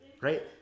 right